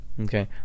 Okay